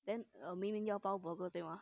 then err min min 要包 burger 对吗